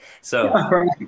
So-